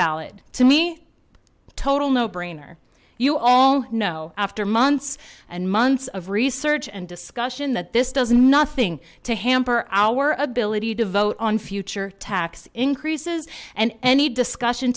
ballot to me total no brainer you all know after months and months of research and discussion that this does nothing to hamper our ability to vote on future tax increases and any discussion